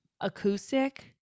acoustic